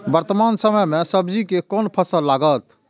वर्तमान समय में सब्जी के कोन फसल लागत?